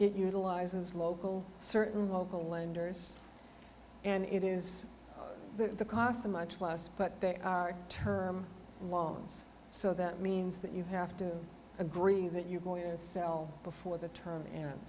it utilizes local certainly local lenders and it is the cost of much less but they are term loans so that means that you have to agree that you're going to sell before the term end